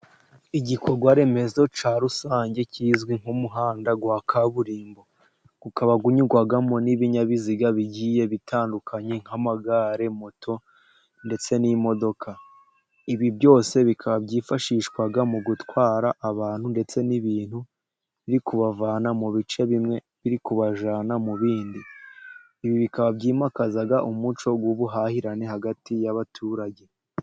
Igikorwaremezo cya rusange kizwi nk'umuhanda wa kaburimbo, ukaba unyurwamo n'ibinyabiziga bigiye bitandukanye, nk'amagare, moto ndetse n'imodoka, ibi byose byifashishwa mu gutwara abantu ndetse n'ibintu, biri kubavana mu bice bimwe, biri kubajyana mu bindi, bikaba byimakazaga umuco w'ubuhahirane hagati y'abaturage.